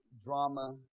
drama